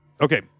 Okay